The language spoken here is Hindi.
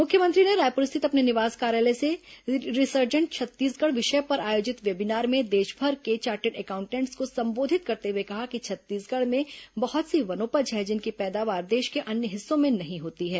मुख्यमंत्री ने रायपुर स्थित अपने निवास कार्यालय से रिसर्जेट छत्तीसगढ़ विषय पर आयोजित वेबीनार में देशभर के चार्टर्ड एंकाउंटटेंस को संबोधित करते हुए कहा कि छत्तीसगढ़ में बहुत सी वनोपज है जिनकी पैदावार देश के अन्य हिस्सों में नहीं होती है